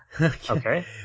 okay